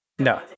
No